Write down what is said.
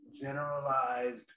generalized